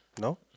no